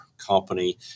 company